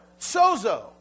sozo